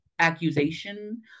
Accusation